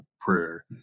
prayer